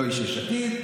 לא איש יש עתיד,